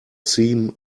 seam